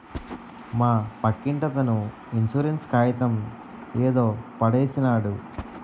మా పక్కింటతను ఇన్సూరెన్స్ కాయితం యాడో పడేసినాడు